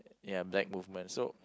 ya black movement so